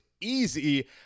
easy